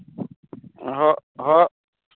ᱦᱳᱭ ᱦᱳᱭ